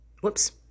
whoops